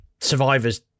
Survivors